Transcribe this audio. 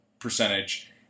percentage